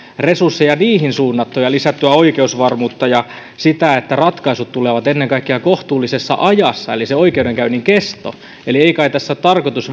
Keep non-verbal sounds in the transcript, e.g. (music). resursseja ja lisättyä oikeusvarmuutta ja vaikutettua siihen että ratkaisut tulevat ennen kaikkea kohtuullisessa ajassa eli oikeudenkäynnin kestoon eli ei kai tässä ole tarkoitus (unintelligible)